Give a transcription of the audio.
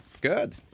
Good